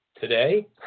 today